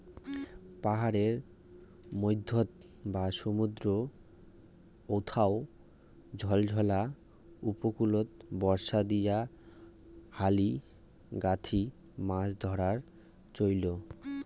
পাহাড়ের মইধ্যত বা সমুদ্রর অথাও ঝলঝলা উপকূলত বর্ষা দিয়া হালি গাঁথি মাছ ধরার চইল